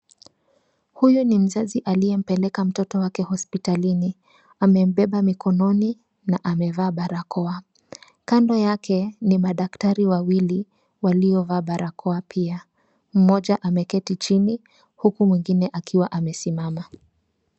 Huyu ni mzazi aliyempeleka mtoto hospitalini amembeba mikononi na amevaa barakoa kando yake ni madaktari wawili waliovaa barakoa pia mmoja ameketi chini huku mwingine akiwa amesimama.